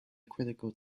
critical